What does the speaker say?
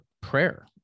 prayer